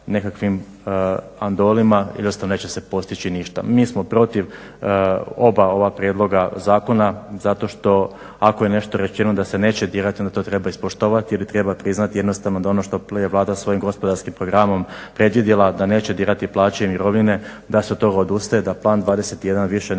nekakvim andolima jednostavno neće se postići ništa. Mi smo protiv oba ova prijedloga zakona zato što, ako je nešto rečeno da se neće dirati onda to treba ispoštovati ili treba priznati jednostavno da ono što je Vlada svojim gospodarskim programom predvidjela da neće dirati plaće i mirovine da se od toga odustaje, da Plan 21 više ne postoji